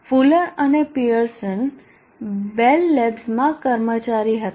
Fuller અને Pearson Bell લેબ્સના કર્મચારી હતા